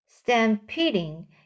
stampeding